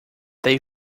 they